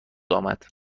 آمد